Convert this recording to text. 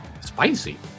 Spicy